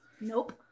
Nope